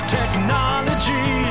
technology